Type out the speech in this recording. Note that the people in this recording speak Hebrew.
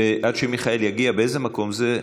אלחרומי, עד שמיכאל יגיע, באיזה מקום זה?